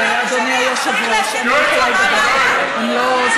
אדוני היושב-ראש, אני לא יכולה לדבר ככה.